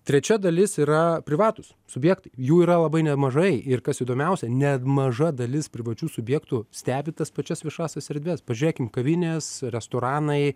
trečia dalis yra privatūs subjektai jų yra labai nemažai ir kas įdomiausia nemaža dalis privačių subjektų stebi tas pačias viešąsias erdves pažiūrėkim kavinės restoranai